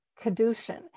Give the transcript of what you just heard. Kadushin